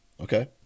Okay